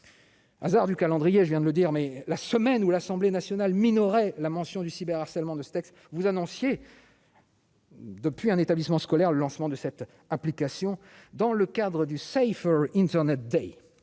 Hasard du calendrier, je viens de le dire mais la semaine où l'Assemblée nationale minoré la mention du cyber harcèlement de steacks vous annonciez. Depuis, un établissement scolaire, le lancement de cette application dans le cadre du Safe Internet dès